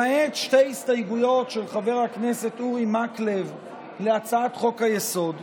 למעט שתי הסתייגויות של חבר הכנסת אורי מקלב להצעת חוק-היסוד,